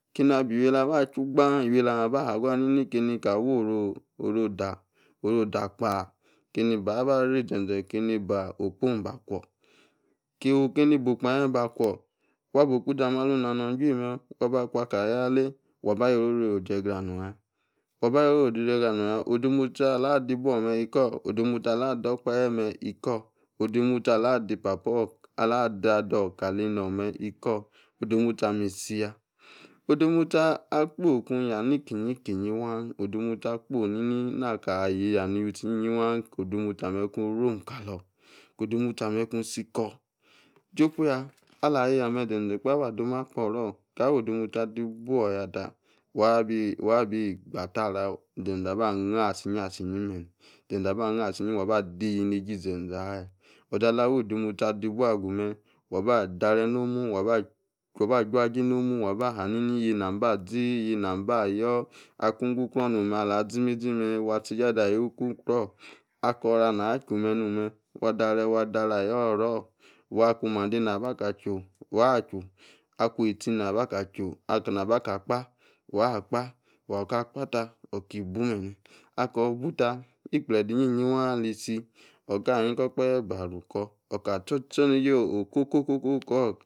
keni-abi-iwiela. gbam, iwela aba hargani-ni keni ka, woru, oh-da oru, oda, kpaa, keni bay baa rey zezee keni boh, okpa, ba-kwor keni boh-okpa amem ba kwo, wa boh okpo, izame alor, nanor, juri oka, ba kwa, ka, ya, aleh, wa-ba ayo-oni, odie, gra-nor, ya, odemostie, ala adi, buo, mem ikor, odemostie alah, ador okpahe mem, ikor, odemostie ala adi, papa-, ala-ada, aor, kalenor, mem, ikor odemotie, amem isi ya, odemostie, akpoku ya nikeyi waa, odemostie akpo, ni-ni naka aya nutie iyi-yi waa, ko-odemostie ku rome kalor ko-odemostie amem ku, si, ku, jopaya ala, yieya, mem ze-ze ka, abo mah, kporu ka, awo odemostie, adi buo, yata wabi gba-akara, ze-zee aba, anor-asi-yi, asi-yi mem zeze, aba, anor asi-yi waba adi-iyie, nejie, ize. ze aya, ozala, awo-odemostie adi, ibuo, asu mem, wa ba-derey nomu waba, ojua, jie momu, waba hari-ni yieyi nam aba zi, yieyi nam, aba, yor akan agu-kru, nomem ala zimezi mem, wa tie-esie at adey awiu in-ku-kru oh, aku ora na chu-mem nom, wa, danet, wa daret ayor, oru, orr, aku mande na-abaka, chumem, waa, chu, aku etie, na-aba ka, chu, keni abaka, kpa wa kpa aka, kpa-ta oki, buo-meme, akor, buo, ta-ikplede, iyie-yi waa, ali-si oka, ha-ni ko, okpahe ba yu, kor, wa, stor, ostornejie oh-koko-ko-orr